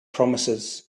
promises